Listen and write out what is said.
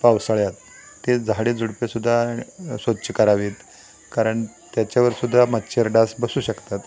पावसाळ्यात ते झाडे झुडपे सुद्धा स्वच्छ करावे कारण त्याच्यावर सुद्धा मच्छर डास बसू शकतात